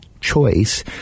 choice